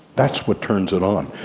that's what turns it on.